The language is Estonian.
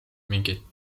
mingit